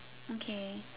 okay